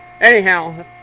anyhow